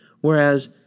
Whereas